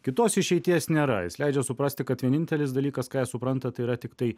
kitos išeities nėra jis leidžia suprasti kad vienintelis dalykas ką jie supranta tai yra tiktai